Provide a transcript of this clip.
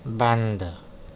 بند